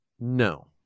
no